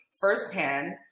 firsthand